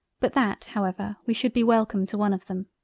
but that however we should be wellcome to one of them.